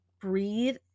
breathe